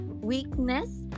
weakness